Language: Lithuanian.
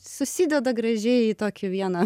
susideda gražiai į tokį vieną